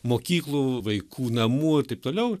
mokyklų vaikų namų ir taip toliau